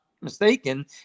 mistaken